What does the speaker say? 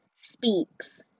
speaks